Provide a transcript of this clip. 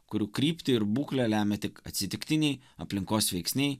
kurių kryptį ir būklę lemia tik atsitiktiniai aplinkos veiksniai